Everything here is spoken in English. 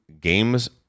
games